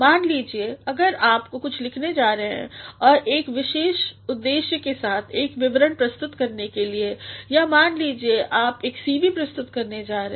मान लीजिए अगर आप कुछ लिखने जा रहे हैं और एक विशेष उद्देश्य के साथ एक विवरण प्रस्तुत करने के लिए या मान लीजिए आप एक सीवी प्रस्तुत करने जा रहे हैं